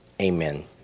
Amen